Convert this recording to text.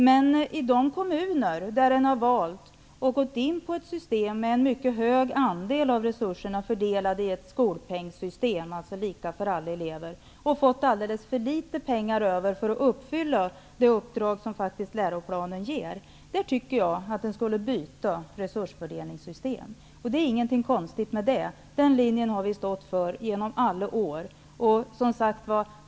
Men i de kommuner som har valt att tillämpa ett system med en hög fördelning av resurser med hjälp av skolpengssystem -- lika för alla elever -- har det blivit alldeles för litet pengar över för att uppfylla det uppdrag som läroplanen anvisar. Jag tycker att de kommunerna skall byta resursfördelningssystem. Det är ingenting konstigt med det. Vi har stått för den linjen i alla år.